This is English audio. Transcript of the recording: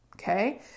okay